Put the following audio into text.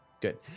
good